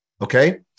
okay